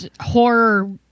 horror